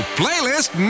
playlist